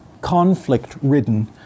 conflict-ridden